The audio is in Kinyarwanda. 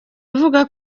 avuga